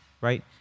right